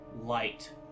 light